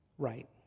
right